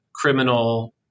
criminal